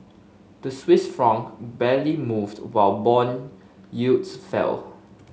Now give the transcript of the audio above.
the Swiss Franc barely moved while bond yields fell